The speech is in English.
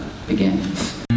begins